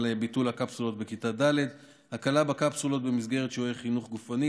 על ביטול הקפסולות בכיתה ד'; הקלה בקפסולות במסגרת שיעורי חינוך גופני,